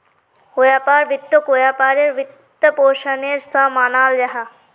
व्यापार वित्तोक व्यापारेर वित्त्पोशानेर सा मानाल जाहा